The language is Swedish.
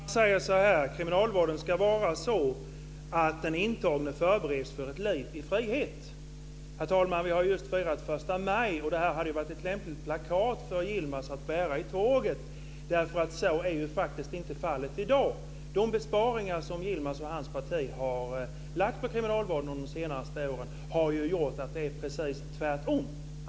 Herr talman! Yilmaz Kerimo säger att kriminalvården ska vara sådan att den intagne förbereds för ett liv i frihet. Vi har just firat första maj och det som sagts här hade varit lämpligt för ett plakat för Yilmaz att bära i tåget - så är ju inte fallet i dag. De besparingar som Yilmaz och hans parti under de senaste åren lagt på kriminalvården har gjort att det är precis tvärtom.